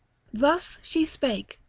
thus she spake,